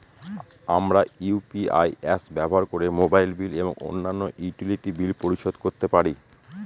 আমরা UPI apps ব্যবহার করে মোবাইল বিল এবং অন্যান্য ইউটিলিটি বিল পরিশোধ করতে পারি